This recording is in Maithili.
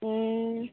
हूँ